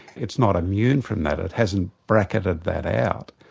it's not immune from that, it hasn't bracketed that out.